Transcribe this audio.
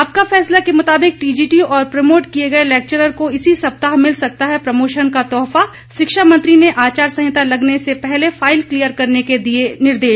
आपका फैसला के मुताबिक टीजीटी और प्रमोट किये गए लेक्चरर को इसी सप्ताह मिल सकता है प्रमोशन का तोहफा शिक्षा मंत्री ने आचार संहिता लगने से पहले फाइल क्लीयर करने के दिये निर्देश